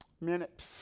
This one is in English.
Minute